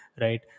right